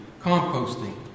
composting